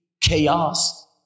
chaos